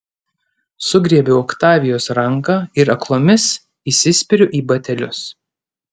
sugriebiu oktavijos ranką ir aklomis įsispiriu į batelius